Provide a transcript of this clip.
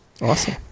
Awesome